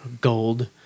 gold